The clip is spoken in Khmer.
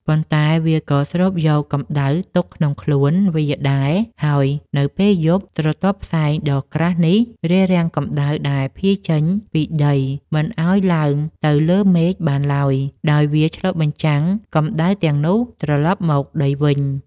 ប៉ុន្តែវាក៏ស្រូបយកកម្ដៅទុកក្នុងខ្លួនវាដែរ ហើយនៅពេលយប់ ស្រទាប់ផ្សែងដ៏ក្រាស់នេះរារាំងកម្ដៅដែលភាយចេញពីដីមិនឱ្យឡើងទៅលើមេឃបានឡើយ ដោយវាឆ្លុះបញ្ចាំងកម្ដៅទាំងនោះត្រឡប់មកដីវិញ។